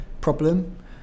problem